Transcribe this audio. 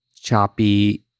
choppy